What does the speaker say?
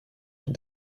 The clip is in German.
den